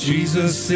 Jesus